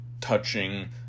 touching